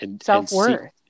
Self-worth